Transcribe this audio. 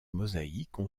mosaïques